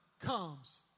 comes